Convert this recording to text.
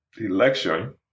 election